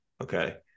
Okay